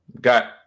Got